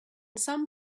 some